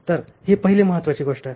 तर ही पहिली महत्वाची गोष्ट आहे